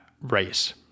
race